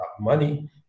money